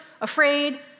afraid